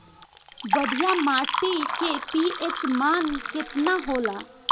बढ़िया माटी के पी.एच मान केतना होला?